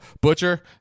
Butcher